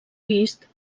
vist